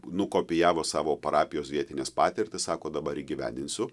nukopijavo savo parapijos vietines patirtis sako dabar įgyvendinsiu